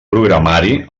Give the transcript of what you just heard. programari